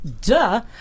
Duh